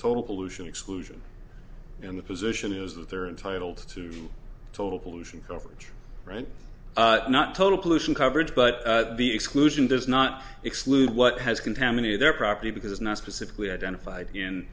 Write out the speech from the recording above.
total pollution exclusion and the position is that they're entitled to total pollution coverage right not total pollution coverage but the exclusion does not exclude what has contaminated their property because it's not specifically identified in